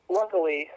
luckily